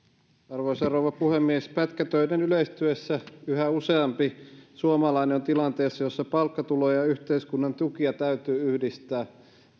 arvoisa rouva puhemies pätkätöiden yleistyessä yhä useampi suomalainen on tilanteessa jossa palkkatuloja ja yhteiskunnan tukia täytyy yhdistää